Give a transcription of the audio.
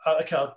okay